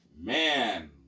Man